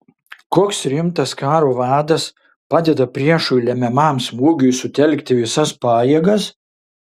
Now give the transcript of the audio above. koks rimtas karo vadas padeda priešui lemiamam smūgiui sutelkti visas pajėgas